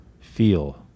feel